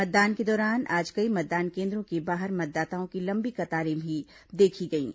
मतदान के दौरान आज कई मतदान केंद्रों के बाहर मतदाताओं की लंबी कतारें भी देखी गईं